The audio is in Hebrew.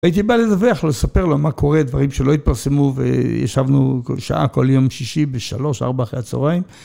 הייתי בא לדווח לו, לספר לו מה קורה, דברים שלא התפרסמו, וישבנו שעה כל יום שישי בשלוש, ארבע, אחרי הצהריים.